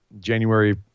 January